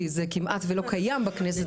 כי זה כמעט ולא קיים בכנסת הזו.